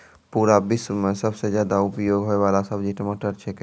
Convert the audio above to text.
पूरा विश्व मॅ सबसॅ ज्यादा उपयोग होयवाला सब्जी टमाटर छेकै